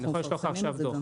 אני יכול לשלוח לך עכשיו דוח,